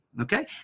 Okay